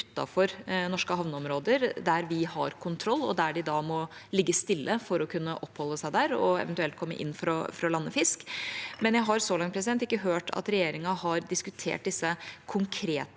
utenfor norske havneområder, der vi har kontroll, og der de da må ligge stille for å kunne oppholde seg der, og eventuelt komme inn for å lande fisk. Men jeg har så langt ikke hørt at regjeringa har diskutert disse konkrete